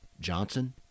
Johnson